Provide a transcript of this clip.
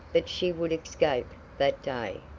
that she would escape that day!